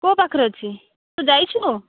କେଉଁ ପାଖରେ ଅଛି ତୁ ଯାଇଛୁ